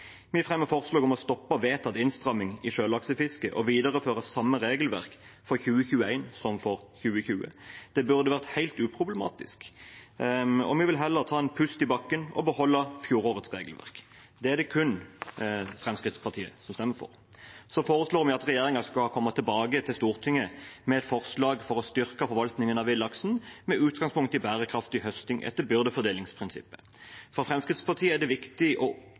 Vi fremmer forslag om å stoppe vedtatt innstramming i sjølaksefisket og videreføre samme regelverk for 2021 som for 2020. Det burde vært helt uproblematisk. Vi vil heller ta en pust i bakken og beholde fjorårets regelverk. Det er det kun Fremskrittspartiet som stemmer for. Så foreslår vi at regjeringen skal komme tilbake til Stortinget med et forslag om å styrke forvaltningen av villaksen, med utgangspunkt i bærekraftig høsting etter byrdefordelingsprinsippet. For Fremskrittspartiet er det viktig